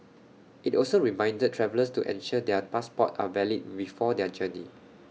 IT also reminded travellers to ensure their passports are valid before their journey